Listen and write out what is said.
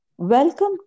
Welcome